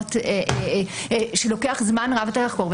כלכליות שלוקח זמן רב יותר לחקור,